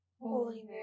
Holy